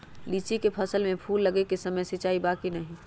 लीची के फसल में फूल लगे के समय सिंचाई बा कि नही?